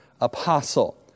apostle